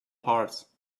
parts